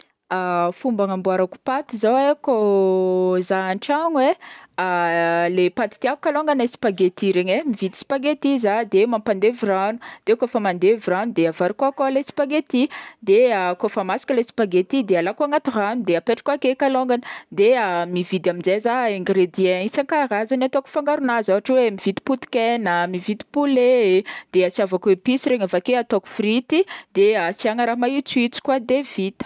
Fomba hanamboarako paty koa zaho e kao zaho antragno e, le paty tiàko kalôngany e spaghetti regny e, mividy spaghetti zaho de mampandevy ragno de kaofa mandevy ragno de avariko akao le spagnetti de kaofa masaka le spaghetti de alàko agnaty ragno de apetrako ake kalôngany de mividy amzay zaho ingredients isan-karazagny ataoko fangarognazy, ôhatra hoe mividy potikena, mividy poulet, de asiàvako epice regny avake ataoko frity de asiàgna raha maîntsoîntso koa de vita.